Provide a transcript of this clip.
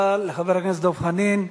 תודה לחבר הכנסת דב חנין.